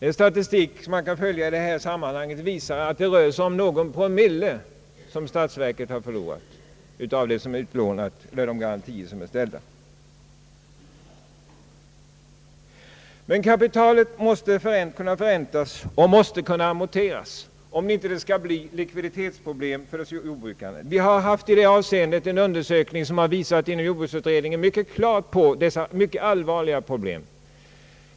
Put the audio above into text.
En statistik som man kan följa i detta sammanhang visar att det rör sig om någon promille som statsverket har förlorat av det som är utlånat med de garantier som är ställda. Men kapitalet måste kunna förräntas och amorteras om det inte skall bli likviditetsproblem för jordbrukarna. En undersökning inom jordbruksutredningen har visat mycket klart på dessa mycket allvarliga problem.